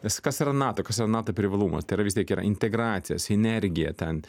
nes kas yra nato kas yra nato privalumas vis tiek yra integracija sinergija ten